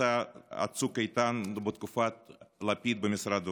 במבצע צוק איתן ובתקופת לפיד במשרד האוצר.